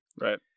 Right